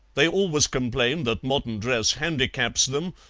they always complain that modern dress handicaps them,